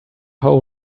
how